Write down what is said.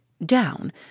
down